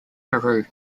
peru